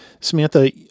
Samantha